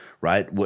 right